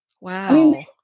Wow